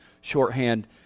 shorthand